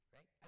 Right